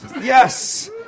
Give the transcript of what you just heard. Yes